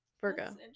Virgo